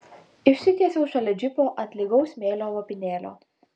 išsitiesiau šalia džipo ant lygaus smėlio lopinėlio